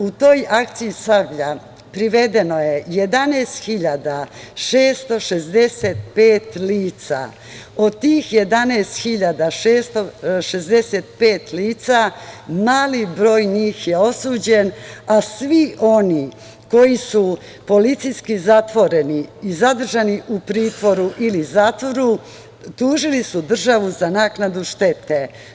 U toj akciji „Sablja“ privedeno je 11.665 lica, od tih 11.665 lica mali broj njih je osuđen, a svi oni koji su policijski zatvoreni i zadržani u pritvoru ili zatvoru, tužili su državu za naknadu štete.